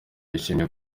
yishimiye